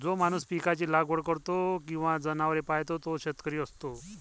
जो माणूस पिकांची लागवड करतो किंवा जनावरे पाळतो तो शेतकरी असतो